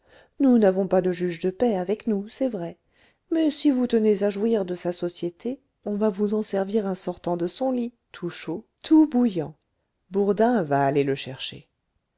nous n'avons pas de juge de paix avec nous c'est vrai mais si vous tenez à jouir de sa société on va vous en servir un sortant de son lit tout chaud tout bouillant bourdin va aller le chercher